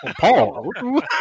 Paul